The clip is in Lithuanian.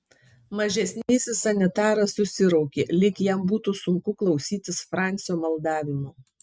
mažesnysis sanitaras susiraukė lyg jam būtų sunku klausytis francio maldavimų